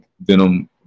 Venom